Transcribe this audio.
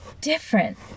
different